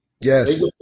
Yes